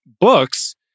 books